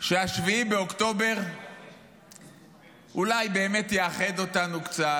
ש-7 באוקטובר אולי באמת יאחד אותנו קצת,